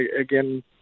again